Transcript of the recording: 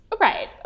Right